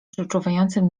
przeczuwającym